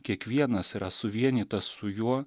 kiekvienas yra suvienytas su juo